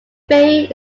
bay